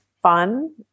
fun